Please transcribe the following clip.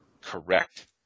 Correct